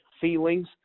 feelings